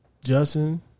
Justin